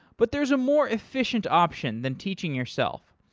but there is a more efficient option than teaching yourself.